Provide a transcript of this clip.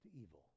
evil